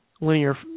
linear